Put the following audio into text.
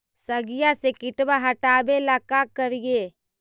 सगिया से किटवा हाटाबेला का कारिये?